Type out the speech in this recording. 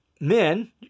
men